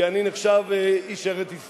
כי אני נחשב איש ארץ-ישראל,